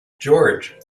george